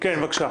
בבקשה.